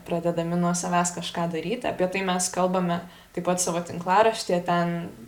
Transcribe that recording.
pradėdami nuo savęs kažką daryti apie tai mes kalbame taip pat savo tinklaraštyje ten